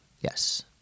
yes